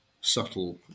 subtle